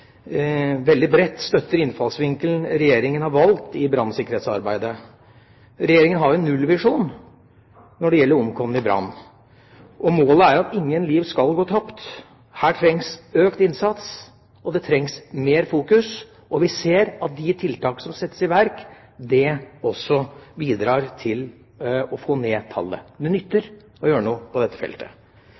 veldig glad for at komiteen bredt støtter den innfallsvinkelen Regjeringa har valgt i brannsikkerhetsarbeidet. Regjeringa har jo en nullvisjon når det gjelder omkomne i brann. Målet er jo at ingen liv skal gå tapt. Her trengs økt innsats, det trengs mer fokus, og vi ser at de tiltakene som settes i verk, også bidrar til å få ned tallet. Det nytter å gjøre noe på dette feltet.